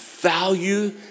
value